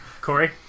Corey